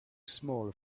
small